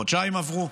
חודשיים עברו,